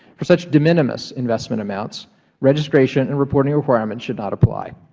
for such de minimis investment amounts registration and reporting requirements should not apply.